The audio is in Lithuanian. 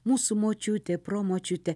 mūsų močiutė promočiutė